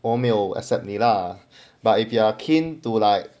我没有 accept 你 lah but if you are keen to like